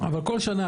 אבל כל שנה,